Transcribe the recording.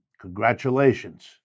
congratulations